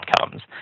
outcomes